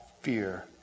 fear